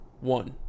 one